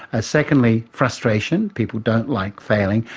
ah secondly frustration people don't like failing.